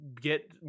get